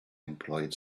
employed